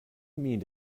mean